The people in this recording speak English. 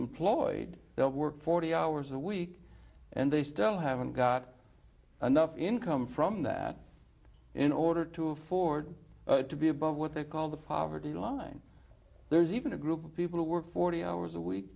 employed they'll work forty hours a week and they still haven't got enough income from that in order to afford to be above what they call the poverty line there's even a group of people who work forty hours a week